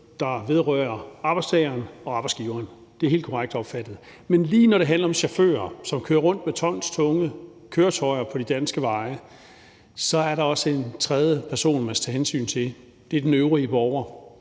der vedrører arbejdstageren og arbejdsgiveren; det er helt korrekt opfattet. Men lige når det handler om chauffører, som kører rundt med tonstunge køretøjer på de danske veje, er der også en tredje person, man skal tage hensyn til, og det er den øvrige borger